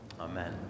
amen